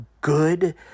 good